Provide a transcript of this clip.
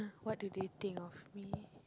what do they think of me